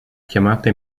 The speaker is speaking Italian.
chiamata